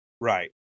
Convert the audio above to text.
Right